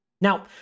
Now